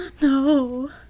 No